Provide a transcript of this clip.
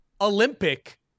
Olympic